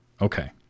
Okay